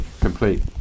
Complete